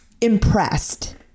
impressed